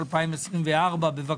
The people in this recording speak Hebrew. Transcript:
2024. בבקשה.